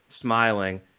smiling